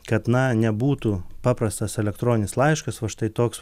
kad na nebūtų paprastas elektroninis laiškas o štai toks